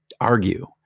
argue